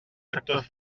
sectors